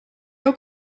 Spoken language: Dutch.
ook